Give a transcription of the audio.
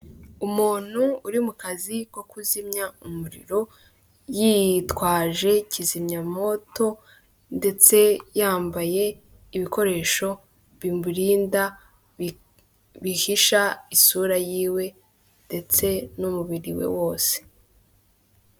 Umuntu uri mu kazi ko kuzimya umuriro, yitwaje kizimyamwoto, ndetse yambaye ibikoresho bimurinda bihisha isura yiwe ndetse n'umubiri we wose.